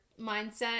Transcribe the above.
mindset